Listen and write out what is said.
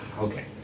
Okay